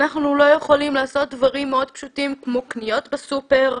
אנחנו לא יכולים לעשות דברים מאוד פשוטים כמו קניות בסופר,